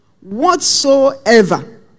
whatsoever